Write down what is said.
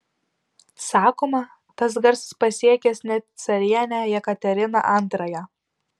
sakoma tas garsas pasiekęs net carienę jekateriną antrąją